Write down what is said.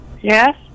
Yes